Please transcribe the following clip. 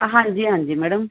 ਹਾਂਜੀ ਹਾਂਜੀ ਮੈਡਮ